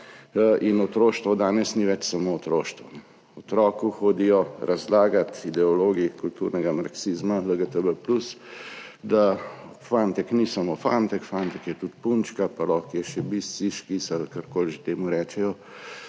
in otroštvo danes ni več samo otroštvo. Otrokom razlagajo ideologi kulturnega marksizma LGBT+, da fantek ni samo fantek, fantek je tudi punčka, pa lahko je še bis, cis ali karkoli že temu rečejo,